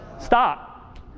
Stop